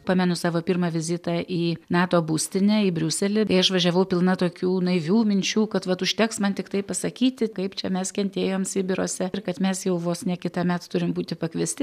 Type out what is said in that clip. pamenu savo pirmą vizitą į nato būstinę į briuselį tai aš važiavau pilna tokių naivių minčių kad vat užteks man tiktai pasakyti kaip čia mes kentėjom sibiruose ir kad mes jau vos ne kitąmet turim būti pakviesti